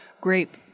grape